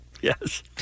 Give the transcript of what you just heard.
Yes